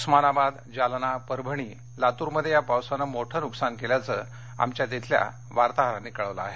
उस्मानाबाद जालना परभणी लातूरमध्ये या पावसानं मोठं नुकसान केल्याचं आमच्या तिथल्या वार्ताहरांनी कळवलं आहे